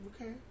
Okay